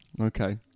Okay